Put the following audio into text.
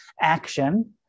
action